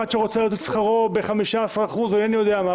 אחד שרוצה להעלות את שכרו ב-15% או אינני יודע מה,